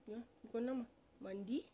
ah pukul enam ah mandi